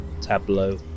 tableau